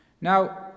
Now